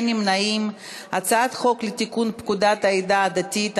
את הצעת החוק לתיקון פקודת העדה הדתית (המרה)